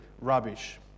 rubbish